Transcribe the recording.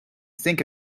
sink